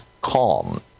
calm